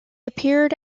appeared